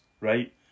right